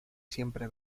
siempre